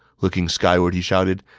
looking skyward, he shouted,